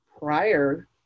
prior